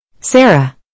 Sarah